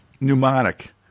mnemonic